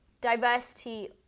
diversity